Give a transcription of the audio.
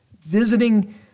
visiting